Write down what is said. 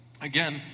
Again